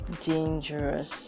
dangerous